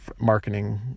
marketing